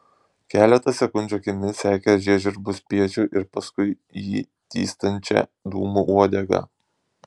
keletą sekundžių akimis sekė žiežirbų spiečių ir paskui jį tįstančią dūmų uodegą